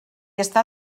està